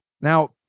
Now